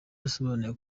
yasobanuye